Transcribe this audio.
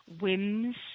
whims